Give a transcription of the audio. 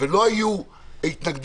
ולא היו התנגדויות,